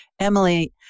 Emily